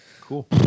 Cool